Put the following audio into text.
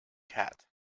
cat